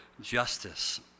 justice